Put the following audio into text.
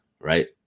right